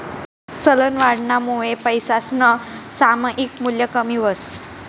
चलनवाढनामुये पैसासनं सामायिक मूल्य कमी व्हस